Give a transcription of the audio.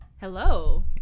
Hello